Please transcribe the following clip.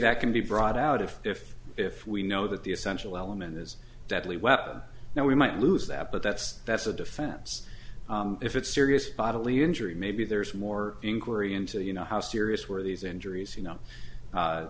that can be brought out if if if we know that the essential element is deadly weapon now we might lose that but that's that's a defense if it's serious bodily injury maybe there's more inquiry into you know how serious were these injuries you know